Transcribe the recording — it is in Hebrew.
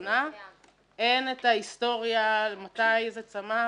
אין ההיסטוריה, מתי זה צמח.